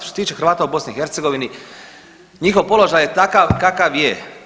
Što se tiče Hrvata u BiH njihov položaj je takav kakav je.